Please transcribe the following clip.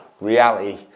reality